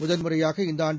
முதல்முறையான இந்த ஆண்டு